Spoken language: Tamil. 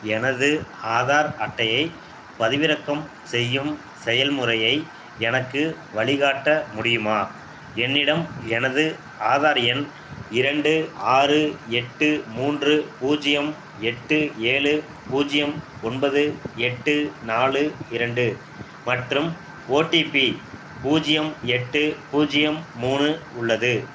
எனது ஆதார் அட்டையை பதிவிறக்கம் செய்யும் செயல்முறையை எனக்கு வழிகாட்ட முடியுமா என்னிடம் எனது ஆதார் எண் இரண்டு ஆறு எட்டு மூன்று பூஜ்யம் எட்டு ஏழு பூஜ்யம் ஒன்பது எட்டு நாலு இரண்டு மற்றும் ஓடிபி பூஜ்யம் எட்டு பூஜ்யம் மூணு உள்ளது